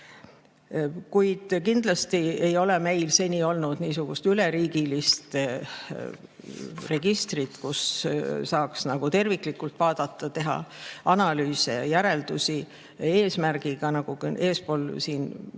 Kuid kindlasti ei ole meil seni olnud niisugust üleriigilist registrit, kust saaks terviklikult vaadata, teha analüüse ja järeldusi, nagu on ka siin